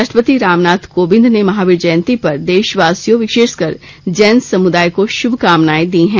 राष्ट्रपति रामनाथ कोविंद ने महावीर जयंती पर देशवासियों विशेषकर जैन समुदाय को शुभकामनाएं दी हैं